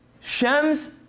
Shem's